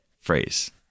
phrase